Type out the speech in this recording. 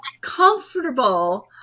comfortable